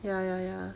ya ya ya